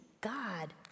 God